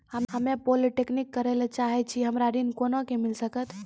हम्मे पॉलीटेक्निक करे ला चाहे छी हमरा ऋण कोना के मिल सकत?